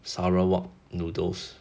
sarawak noodles